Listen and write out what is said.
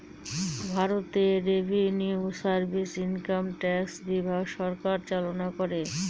ভারতে revenue service income tax বিভাগ সরকার চালনা করে